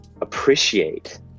appreciate